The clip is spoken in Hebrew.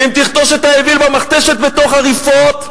ואם תכתוש את האוויל בתוך המכתש בתוך הריפות,